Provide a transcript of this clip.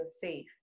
safe